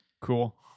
cool